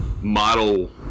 model